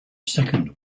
second